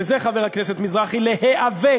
וזה, חבר הכנסת מזרחי, להיאבק,